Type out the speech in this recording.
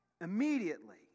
Immediately